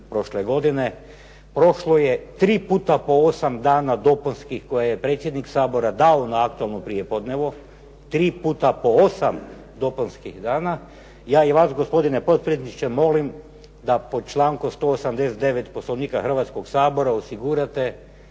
prošle godine. Prošlo je tri puta po osam dana dopunskih koje je predsjednik Sabora dao na aktualnom prijepodnevu, tri puta po osam dopunskih dana. Ja i vas gospodine potpredsjedniče molim da po članku 189. Poslovnika Hrvatskoga sabora osigurate